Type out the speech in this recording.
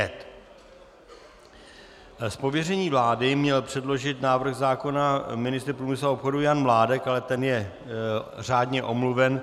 Z pověření vlády měl předložit návrh zákona ministr průmyslu a obchodu Jan Mládek, ale ten je řádně omluven.